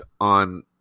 on